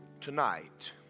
tonight